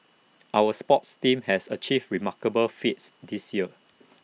our sports teams has achieved remarkable feats this year